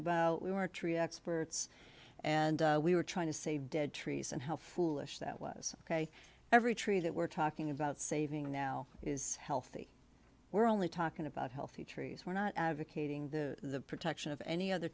about we were tree experts and we were trying to save dead trees and how foolish that was ok every tree that we're talking about saving now is healthy we're only talking about healthy trees we're not advocating the protection of any other